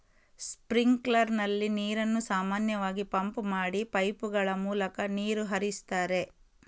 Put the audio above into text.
sprinkler ನಲ್ಲಿ ನೀರನ್ನು ಸಾಮಾನ್ಯವಾಗಿ ಪಂಪ್ ಮಾಡಿ ಪೈಪುಗಳ ಮೂಲಕ ನೀರು ಹರಿಸ್ತಾರೆ